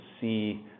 see